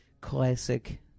classic